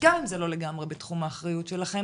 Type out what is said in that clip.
גם אם לא לגמרי בתחום האחריות שלכם,